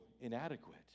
inadequate